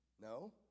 No